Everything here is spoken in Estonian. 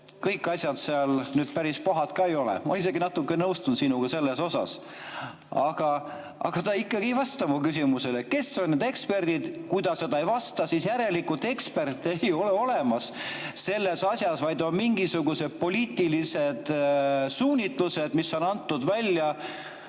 kõik asjad seal nüüd ka pahad ei ole. Ma isegi natuke nõustun sinuga selles. Aga ta ikkagi ei vasta mu küsimusele, kes on need eksperdid. Kui ta sellele ei vasta, siis järelikult eksperte ei ole olemas selles asjas, vaid on mingisugused poliitilised suunitlused, mille on välja